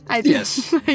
Yes